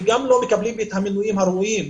וגם לא מקבלים את המינויים הראויים.